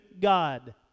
God